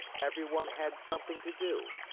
everyone had something to do.